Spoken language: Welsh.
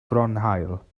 fronhaul